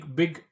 big